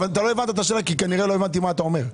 לא הבנת את השאלה כי כנראה לא הבנתי מה אתה אומר.